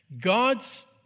God's